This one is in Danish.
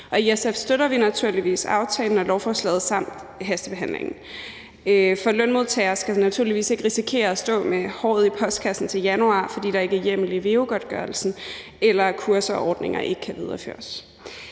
I SF støtter vi naturligvis aftalen og lovforslaget samt hastebehandlingen, for lønmodtagere skal naturligvis ikke risikerer at stå med håret i postkassen til januar, fordi der ikke er hjemmel i VEU-godtgørelsen, eller at kurser og ordninger ikke kan videreføres.